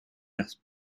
las